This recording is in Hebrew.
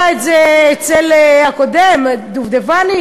היה זה אצל הקודם, דובדבני?